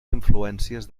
influències